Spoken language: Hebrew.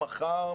מחר,